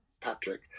Patrick